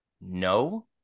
no